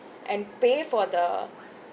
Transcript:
and pay for the